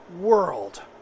world